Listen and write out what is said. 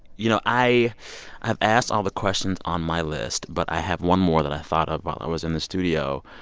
you know, i i have asked all the questions on my list, but i have one more that i thought of while i was in the studio.